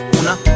una